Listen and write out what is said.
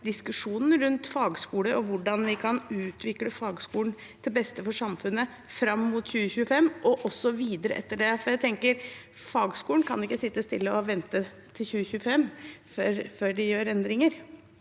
diskusjonen rundt fagskoler og hvordan vi kan utvikle fagskolen til beste for samfunnet fram mot 2025 – og også videre etter det? Jeg tenker at fagskolen ikke kan sitte stille og vente til 2025 før man gjør endringer.